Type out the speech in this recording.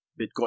Bitcoin